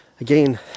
again